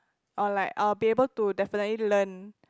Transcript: or like I'll be able to definitely learn